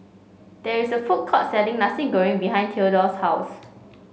there is a food court selling Nasi Goreng behind Theodore's house